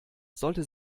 sollte